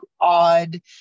odd